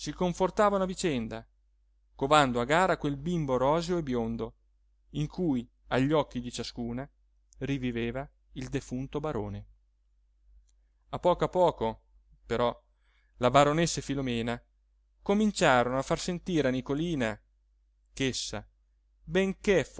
confortavano a vicenda covando a gara quel bimbo roseo e biondo in cui agli occhi di ciascuna riviveva il defunto barone a poco a poco però la baronessa e filomena cominciarono a far sentire a nicolina ch'essa benché